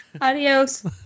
Adios